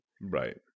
Right